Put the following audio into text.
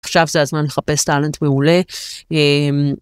עכשיו זה הזמן לחפש טאלנט מעולה.